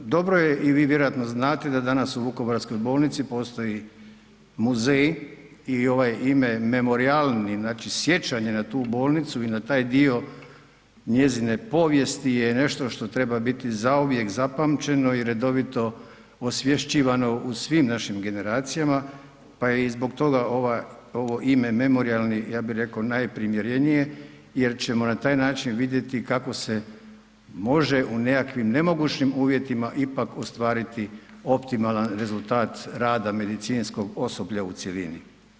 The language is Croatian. Dobro je i vi vjerojatno znate da danas u vukovarskoj bolnici postoji muzej i ovaj ime memorijalni, znači sjećanje na tu bolnicu i na taj dio njezine povijesti je nešto što treba biti zauvijek zapamćeno i redovito osvješćivano u svim našim generacijama, pa je i zbog toga ova, ovo ime memorijalni, ja bi reko, najprimjerenije jer ćemo na taj način vidjeti kako se može u nekakvim nemogućim uvjetima ipak ostvariti optimalan rezultat rada medicinskog osoblja u cjelini.